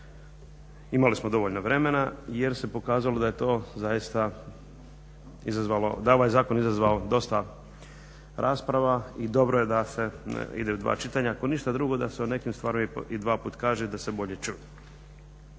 Imali smo dovoljno vremena jer se pokazalo da je to zaista izazvalo, da je ovaj zakon izazvao dosta rasprava i dobro je da se ide u dva čitanja, ako ništa drugo da se o nekim stvarima i dvaput kaže da se bolje čuju.